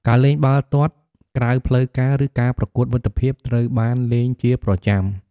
ការលេងបាល់ទាត់ក្រៅផ្លូវការ ឬការប្រកួតមិត្តភាពត្រូវបានលេងជាប្រចាំ។